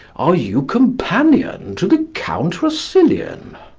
are you companion to the count rousillon?